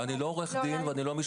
אני לא עורך דין ואני לא משפטן.